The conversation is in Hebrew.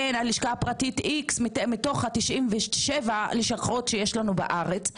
כן לשכה פרטית איקס מתוך ה-97 הלשכות שיש לנו בארץ,